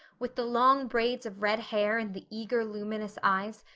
with the long braids of red hair and the eager, luminous eyes,